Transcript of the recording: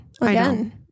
Again